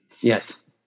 Yes